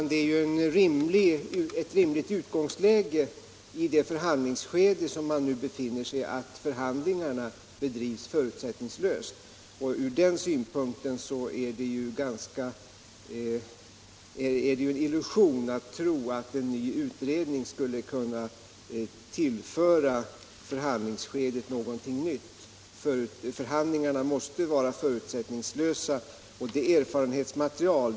Herr talman! Det är ett rimligt utgångsläge i det skede som förhandlingarna nu befinner sig i att de ska drivas förutsättningslöst. Det är en illusion att tro att en ny utredning skulle kunna tillföra förhandlingarna någonting nytt.